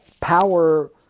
Power